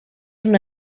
una